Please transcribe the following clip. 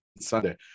Sunday